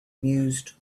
mused